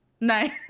Nice